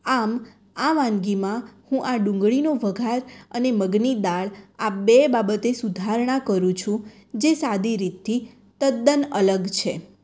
આમ આ વાનગીમાં હું આ ડુંગળીનો વઘાર અને મગની દાળ આ બે બાબતે સુધારણા કરું છું જે સાદી રીતથી તદ્દન અલગ છે